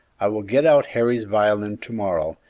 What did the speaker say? i will get out harry's violin to-morrow,